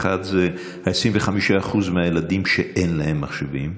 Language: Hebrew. האחד זה ה-25% מהילדים שאין להם מחשבים,